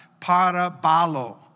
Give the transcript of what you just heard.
parabalo